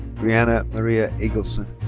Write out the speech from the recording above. breianna marie ah engelson.